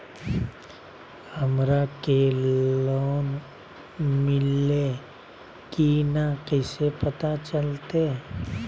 हमरा के लोन मिल्ले की न कैसे पता चलते?